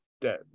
Dead